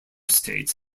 states